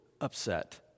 upset